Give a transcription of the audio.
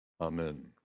Amen